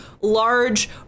large